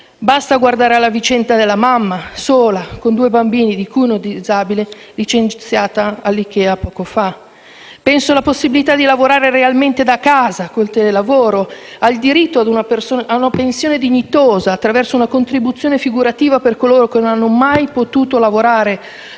basta guardare alla vicenda della mamma sola con due bambini, di cui uno disabile, licenziata recentemente da Ikea. Penso alla possibilità di lavorare realmente da casa, con il telelavoro, al diritto ad una pensione dignitosa attraverso una contribuzione figurativa per coloro che non hanno mai potuto lavorare: